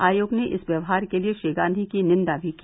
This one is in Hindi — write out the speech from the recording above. आयोग ने इस व्यवहार के लिए श्री गांधी की निंदा भी की